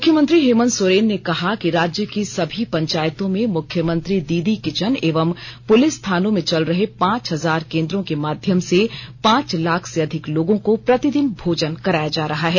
मुख्यमंत्री हेमंत सोरेन ने कहा कि राज्य की सभी पंचायतों में मुख्यमंत्री दीदी किचन एवं पुलिस थानों में चल रहे पांच हजार केंद्रों के माध्यम से पांच लाख से अधिक लोगों को प्रतिदिन भोजन कराया जा रहा है